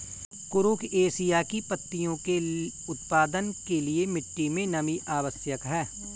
कुरुख एशिया की पत्तियों के उत्पादन के लिए मिट्टी मे नमी आवश्यक है